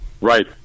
Right